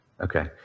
Okay